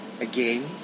again